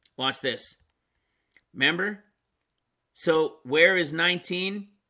watch this remember so where is nineteen?